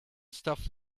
stuff